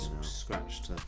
scratched